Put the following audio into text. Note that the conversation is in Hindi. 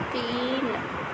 तीन